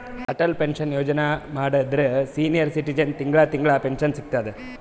Atal pension Yojana ಮಾಡುದ್ರ senior ಸಿಟಿಜನ್ಗ ತಿಂಗಳಾ ತಿಂಗಳಾ ಪೆನ್ಶನ್ ಸಿಗ್ತುದ್